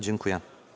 Dziękuję.